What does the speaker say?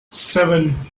seven